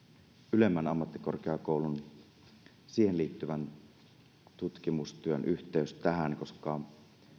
ylemmän ammattikorkeakoulun ja siihen liittyvän tutkimustyön yhteys tähän koska